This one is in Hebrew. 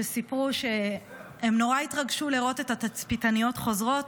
שסיפרו שהם מאוד התרגשו לראות את התצפיתניות חוזרות,